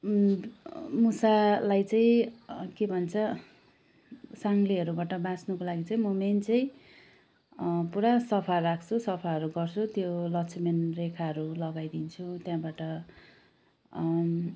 मुसालाई चाहिँ के भन्छ साङ्लेहरूबाट बाच्नको लागि चाहिँ म मेन चाहिँ पुरा सफा राख्छु सफाहरू गर्छु त्यो लक्ष्मण रेखाहरू लगाइदिन्छु त्यहाँबाट